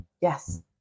yes